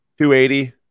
280